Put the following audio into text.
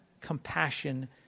compassion